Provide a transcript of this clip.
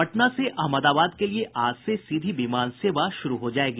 पटना से अहमदाबाद के लिए आज से सीधी विमान सेवा शुरू हो जायेगी